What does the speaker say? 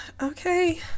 Okay